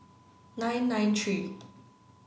nine nine three